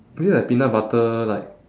maybe like peanut butter like